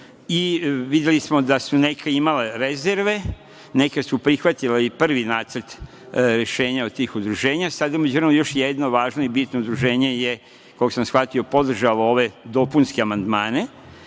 Videli smo da su neka imala rezerve, neka su prihvatila i prvi nacrt rešenja, neka od tih udruženja, sad u međuvremenu još jedno važno i bitno udruženje je, koliko sam shvatio, podržalo ove dopunske amandmane.